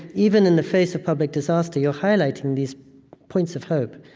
even in the face of public disaster, you're highlighting these points of hope,